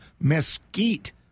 mesquite